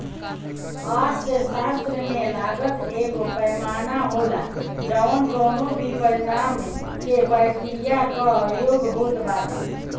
अर्थशास्त्र में लागत एगो पैमाना होला जवन कवनो भी परिणाम के प्रक्रिया कअ योग होत बाटे